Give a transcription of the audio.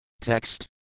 Text